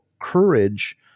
courage